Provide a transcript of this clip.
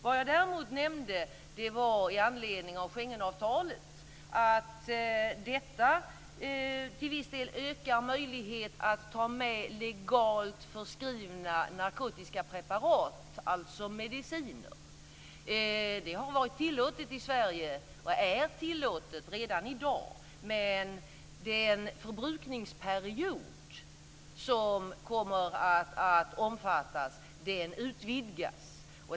Det jag däremot nämnde i anledning av Schengenavtalet var att detta till viss del ökar möjligheten att ta med legalt förskrivna narkotiska preparat, alltså mediciner. Det är redan i dag tillåtet i Sverige, men den förbrukningsperiod som kommer att omfattas utvidgas.